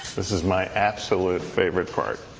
this is my absolute favorite part.